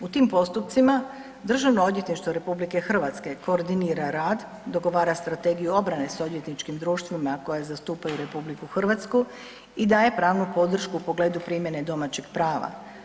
U tim postupcima Državno odvjetništvo RH koordinira rad, dogovara strategiju obrane s odvjetničkim društvima koja zastupaju RH i daje pravnu podršku u pogledu primjene domaćeg prava.